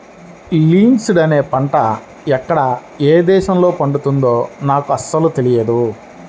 linseed అనే పంట ఎక్కడ ఏ దేశంలో పండుతుందో నాకు అసలు తెలియదు